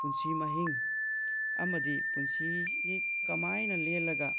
ꯄꯨꯟꯁꯤ ꯃꯍꯤꯡ ꯑꯃꯗꯤ ꯄꯨꯟꯁꯤꯁꯤ ꯀꯃꯥꯏꯅ ꯂꯦꯜꯂꯒ